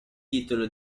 titolo